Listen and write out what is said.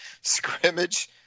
scrimmage